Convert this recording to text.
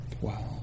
Wow